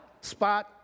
Spot